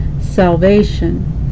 salvation